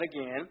again